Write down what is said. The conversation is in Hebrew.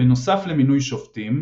בנוסף למינוי שופטים,